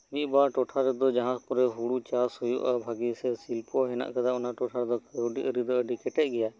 ᱢᱤᱜ ᱵᱟᱨ ᱴᱚᱴᱷᱟ ᱨᱮᱫᱚ ᱡᱟᱦᱟᱸ ᱠᱚᱨᱮ ᱦᱩᱲᱩ ᱪᱟᱥ ᱦᱩᱭᱩᱜᱼᱟ ᱵᱷᱟᱜᱤ ᱥᱮ ᱪᱟᱥᱤ ᱠᱚ ᱦᱮᱱᱮᱜ ᱠᱟᱫᱟ ᱚᱱᱟ ᱴᱚᱴᱷᱟ ᱫᱚ ᱠᱟᱣᱰᱤ ᱟᱨᱤ ᱫᱚ ᱟᱰᱤ ᱠᱮᱴᱮᱡ ᱜᱮᱭᱟ